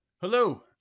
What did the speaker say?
Hello